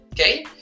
okay